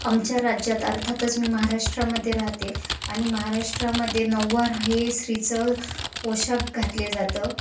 आमच्या राज्यात अर्थातच मी महाराष्ट्रामध्ये राहते आणि महाराष्ट्रामध्ये नऊवार हे स्त्रीचं पोषाख घातले जातं